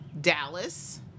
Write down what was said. Dallas